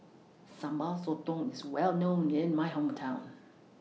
Sambal Sotong IS Well known in My Hometown